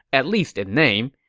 at least in name.